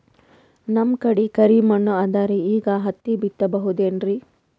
ನಮ್ ಕಡೆ ಕರಿ ಮಣ್ಣು ಅದರಿ, ಈಗ ಹತ್ತಿ ಬಿತ್ತಬಹುದು ಏನ್ರೀ?